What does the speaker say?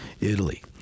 Italy